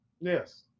Yes